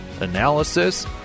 analysis